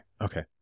Okay